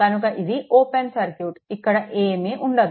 కనుక ఇది open circuit ఇక్కడ ఏమీ ఉండదు